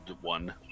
one